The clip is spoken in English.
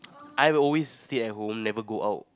I will always stay at home never go out